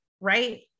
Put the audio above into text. right